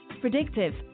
Predictive